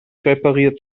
repariert